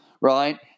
right